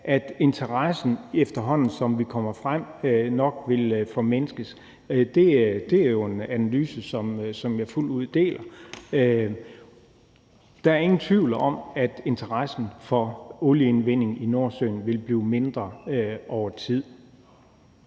at interessen, efterhånden som vi kommer frem, nok vil formindskes. Det er jo en analyse, som jeg fuldt ud deler. Der er ingen tvivl om, at interessen for olieindvinding i Nordsøen vil blive mindre over tid.